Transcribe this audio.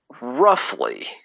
roughly